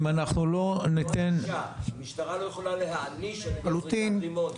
אם אנחנו לא ניתן --- המשטרה לא יכולה להעניש על ידי זריקת רימון.